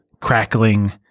crackling